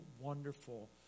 wonderful